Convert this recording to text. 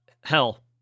hell